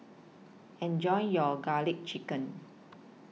Enjoy your Garlic Chicken